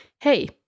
Hey